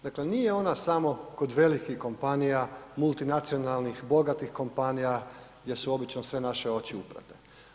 Dakle, nije ona samo kod velikih kompanija, multinacionalnih, bogatih kompanija, gdje su obično sve naše oči uprte.